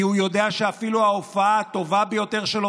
כי הוא יודע שאפילו ההופעה הטובה ביותר שלו